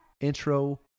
intro